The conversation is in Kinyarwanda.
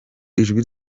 ijwi